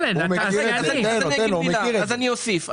אני אוסיף.